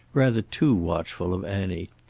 rather too watchful of annie,